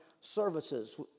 services